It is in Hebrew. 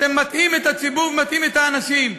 אתם מטעים את הציבור ומטעים את האנשים.